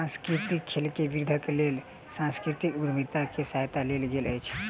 सांस्कृतिक खेल में वृद्धिक लेल सांस्कृतिक उद्यमिता के सहायता लेल गेल अछि